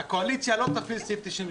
הקואליציה לא תפעיל את סעיף 98